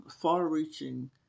far-reaching